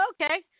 okay